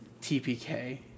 TPK